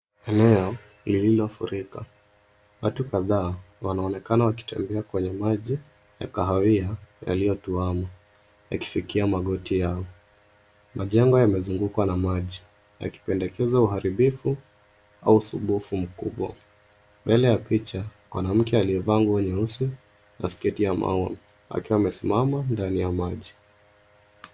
Eneo lililofurika. Watu kadhaa wanaonekana wakitembea kwenye maji ya kahawia yaliyotuama yakifikia magoti yao. Majengo yamezungukwa na maji yakipendekeza uharibifu au usubufu mkubwa. Mbele ya picha, mwanamke aliyevaa nguo nyeusi na sketi ya maua, akiwa amesimama ndani ya maji.